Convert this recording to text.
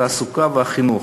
התעסוקה והחינוך,